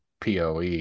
POE